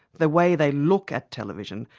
the way they look at television,